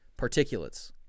particulates